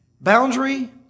Boundary